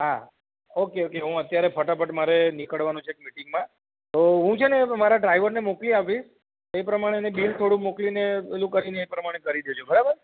હા okay okay હું અત્યારે ફટાફટ મારે નિકળવાનું છે એક મીટિંગમાં તો હું છે ને મારા ડ્રાઈવરને મોકલી આપીશ એ પ્રમાણે એને બિલ થોડું મોકલીને ઓલું કરીને એ પ્રમાણે કરી દેજો બરાબર